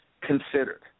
considered